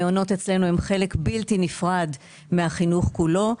המעונות אצלנו הם חלק בלתי נפרד מהחינוך כולו.